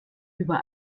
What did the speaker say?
über